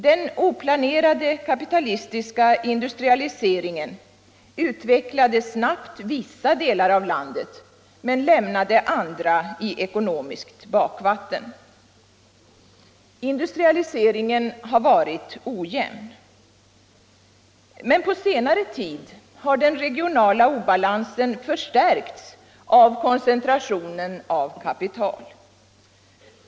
Den oplanerade kapitalistiska industrialiseringen utvecklade snabbt vissa delar av landet men lämnade andra i ekonomiskt bakvatten. Industrialiseringen har varit ojämn. Men på senare tid har den regionala obalansen förstärkts genom koncentrationen av kapital.